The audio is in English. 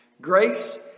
Grace